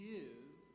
Give